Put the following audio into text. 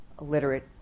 illiterate